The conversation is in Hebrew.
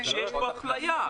שיש פה אפליה.